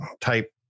type